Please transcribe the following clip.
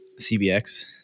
CBX